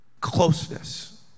closeness